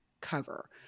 cover